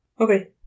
Okay